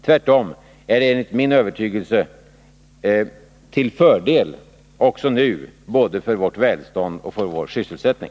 Tvärtom är det min övertygelse att den modellen är till fördel också nu både för vårt välstånd och för vår sysselsättning.